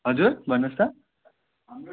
हजुर भन्नुहोस् त